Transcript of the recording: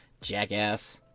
Jackass